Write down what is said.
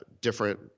different